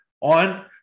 on